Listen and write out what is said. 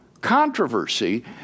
controversy